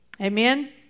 Amen